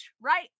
right